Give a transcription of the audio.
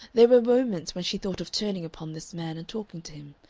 there were moments when she thought of turning upon this man and talking to him.